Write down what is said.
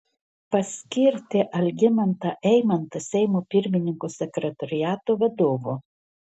paskirti algimantą eimantą seimo pirmininko sekretoriato vadovu